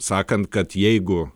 sakant kad jeigu